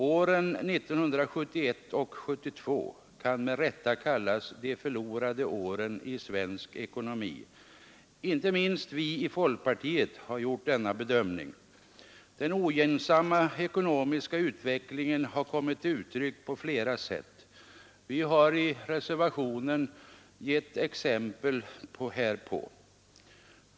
Åren 1971 och 1972 kan med rätta kallas de förlorade åren i svensk ekonomi. Inte minst vi i folkpartiet har gjort denna bedömning. Den ogynnsamma ekonomiska utvecklingen har kommit till uttryck på flera sätt. Vi har i reservationen givit exempel härpå.